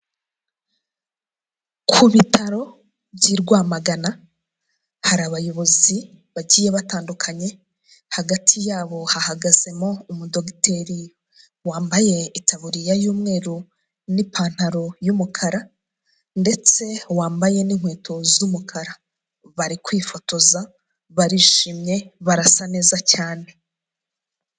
Ku bitaro by'i Rwamagana hari abayobozi bagiye batandukanye, hagati yabo hahagazemo umudogiteri wambaye itaburiya y'umweru n'ipantaro y'umukara ndetse wambaye n'inkweto z'umukara, bari kwifotoza, barishimye, barasa neza cyane.